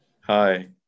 Hi